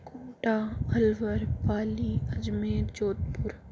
Kota Alwar Pali Ajmer Jodhpur